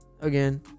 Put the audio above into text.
again